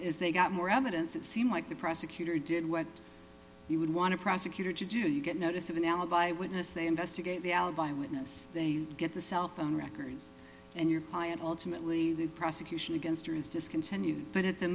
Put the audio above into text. is they got more evidence it seems like the prosecutor did what you would want to prosecutor to do you get notice of an alibi witness they investigate the alibi witness they get the cell phone records and your client ultimately the prosecution against her is discontinued but at the